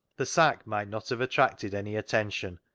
the sack might not have attracted any attention,